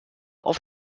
auf